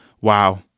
Wow